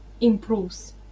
improves